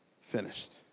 finished